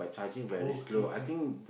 oh kay kay